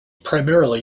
primarily